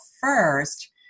first